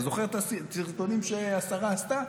אתה זוכר את הסרטונים שהשרה עשתה?